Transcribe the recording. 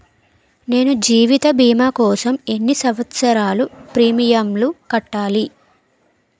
నేను జీవిత భీమా కోసం ఎన్ని సంవత్సారాలు ప్రీమియంలు కట్టాలి?